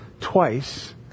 twice